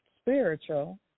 spiritual